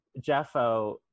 Jeffo